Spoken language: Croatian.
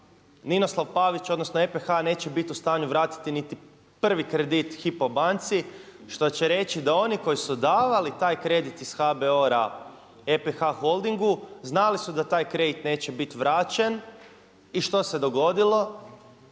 Ninoslav Pavić, odnosno EPH neće biti u stanju vratiti niti 1. kredit Hypo banci. Što će reći da oni koji su davali kredit iz HBORa- EPH Holdingu znali su da taj kredit neće biti vraćen. I što se dogodilo?